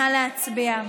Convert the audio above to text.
נא הצביע.